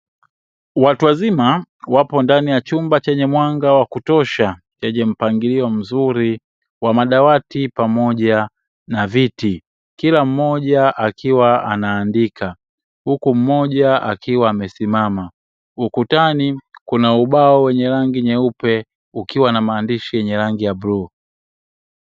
Watu wazima, wapo ndani ya chumba chenye mwanga wa kutosha, chenye mpangilio mzuri wa madawati pamoja na viti, kila mmoja akiwa anaandika huku mmoja akiwa amesimama. Ukutani kuna ubao wenye rangi nyeupe ukiwa na maandishi yenye rangi ya bluu.